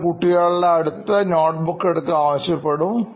എന്നിട്ട് കുട്ടികളുടെ അടുത്ത് നോട്ട്ബുക്ക് എടുക്കാൻ ആവശ്യപ്പെടും